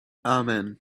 amen